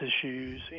issues